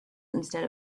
instead